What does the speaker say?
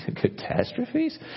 catastrophes